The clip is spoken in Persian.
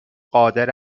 قادر